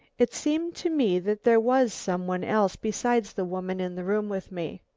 it seemed to me that there was some one else besides the woman in the room with me.